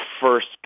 first